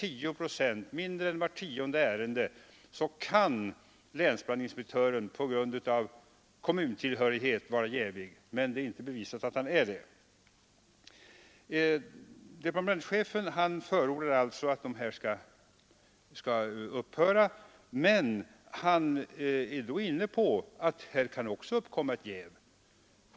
I mindre än vart tionde ärende kan alltså länsbrandinspektören på grund av kommuntillhörighet vara jävig, men det är inte bevisat att han är det. Departementschefen förordar att länsbrandinspektörsorganisationen skall upphöra.